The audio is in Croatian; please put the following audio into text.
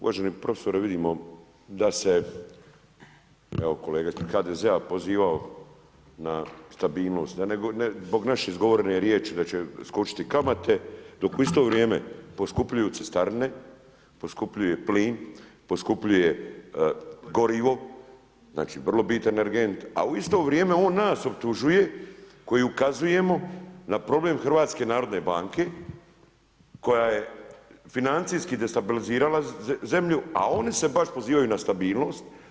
Uvaženi profesore vidimo da se evo kolege HDZ-a poziva na stabilnost, ne zbog naše izgovorene riječi, već će iskočiti kamate, dok u isto vrijeme, poskupljuju cestarine, poskupljuje plin, poskupljuje gorivo, znači vrlo bitan energent, a u isto vrijeme on nas optužuje, koji ukazujemo na problem HNB koja je financijski destabilizirala zemlju, a oni se baš pozivaju na stabilnost.